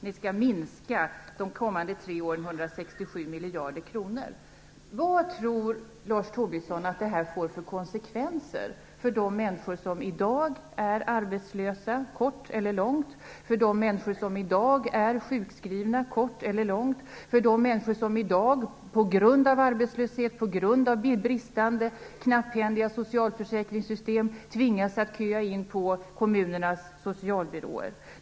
Ni skall de kommande tre åren minska utgifterna med 167 miljarder kronor. Vad tror Lars Tobisson att det får för konsekvenser för de människor som i dag är kortsiktigt eller långsiktigt arbetslösa? Vad tror han att det får för konsekvenser för de människor som är sjukskrivna under korta eller långa perioder? Vad tror han att det får för konsekvenser för de människor som i dag på grund av arbetslöshet och bristande, knapphändiga socialförsäkringssystem tvingas köa in på kommunernas socialbyråer?